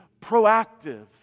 proactive